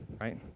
right